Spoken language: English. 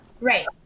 Right